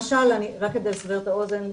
רק כדי לסבר את האוזן,